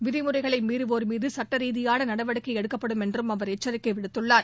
விதிமுறைகளை மீறுவோர் மீது சுட்டரீதியான நடவடிக்கை எடுக்கப்படும் என்றும் அவர் எச்சிக்கை விடுத்துள்ளார்